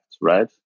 right